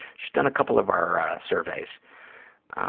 she's done a couple of our surveys.